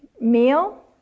meal